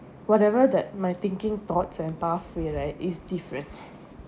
whatever that my thinking thoughts and pathway right is different